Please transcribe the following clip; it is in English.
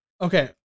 Okay